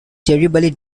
terribly